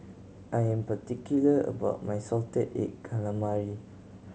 I am particular about my salted egg calamari